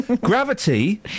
Gravity